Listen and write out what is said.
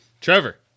Trevor